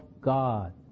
God